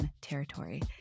Territory